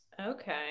Okay